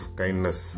kindness